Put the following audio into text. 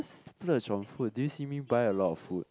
splurge on food did you see me buy a lot of food